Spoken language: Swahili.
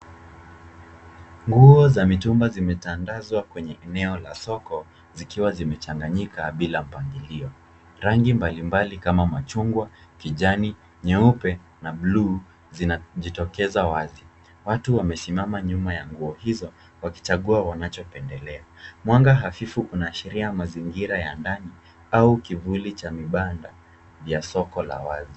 Nguo za mitumba zimetandazwa kwenye eneo la soko zikiwa zimechanganyika bila mpangilio. Rangi mbalimbali kama machungwa, kijani, nyeupe na bluu zinajitokeza wazi. Watu wamesimama nyuma ya nguo hizo wakichagua wanachopendelea. Mwanga hafifu unaashiria mazingira ya ndani au kivuli cha vibanda vya soko la wazi.